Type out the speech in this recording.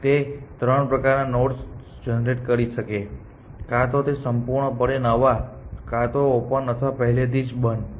તે ત્રણ પ્રકારના નોડ્સ જનરેટકરી શકે છે કાં તો તે સંપૂર્ણપણે નવા છે કાંતો ઓપન અથવા પહેલેથી જ બંધ છે